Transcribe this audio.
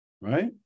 Right